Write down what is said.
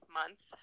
month